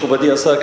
מכובדי השר,